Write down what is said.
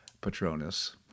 Patronus